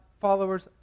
followers